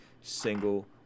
single